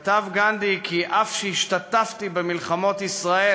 כתב גנדי: "אף שהשתתפתי במלחמות ישראל